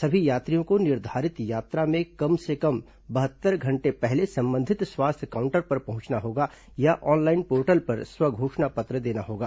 सभी यात्रियों को निर्धारित यात्रा से कम से कम बहत्तर घंटे पहले संबंधित स्वास्थ्य काउंटर पर पहुंचना होगा या ऑनलाइन पोर्टल पर स्व घोषणा पत्र देना होगा